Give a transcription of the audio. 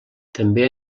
també